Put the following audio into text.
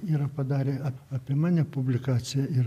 yra padarę apie mane publikaciją ir